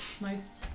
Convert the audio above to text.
nice